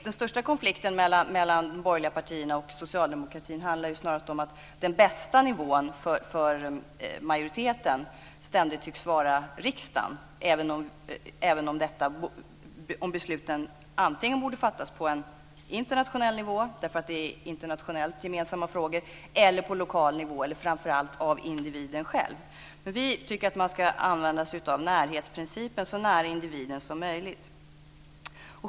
Den största konflikten mellan de borgerliga partierna och socialdemokratin handlar snarast om att den bästa nivån för majoriteten ständigt tycks vara riksdagen, även om besluten antingen borde fattas på en internationell nivå, därför att det är internationellt gemensamma frågor, eller på lokal nivå eller framför allt av individen själv. Vi tycker att man ska använda sig av närhetsprincipen, så nära individen som möjligt.